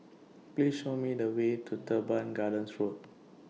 Please Show Me The Way to Teban Gardens Road